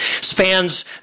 spans